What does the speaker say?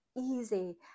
easy